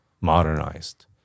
modernized